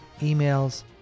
emails